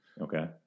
Okay